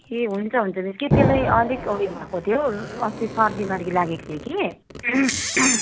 ए हुन्छ हुन्छ त के त्यसलाई अलिक उयो भएको थियो अस्ति सर्दीमर्गी लागेको थियो कि